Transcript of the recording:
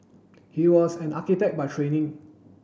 he was an architect by training